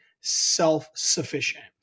self-sufficient